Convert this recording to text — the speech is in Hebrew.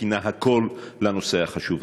ולהודות לו על שפינה הכול לנושא החשוב הזה.